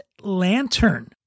Lantern